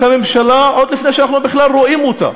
הממשלה עוד לפני שאנחנו בכלל רואים אותה?